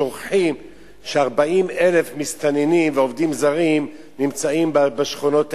שוכחים ש-40,000 מסתננים ועובדים זרים נמצאים בשכונות האלה,